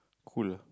cool ah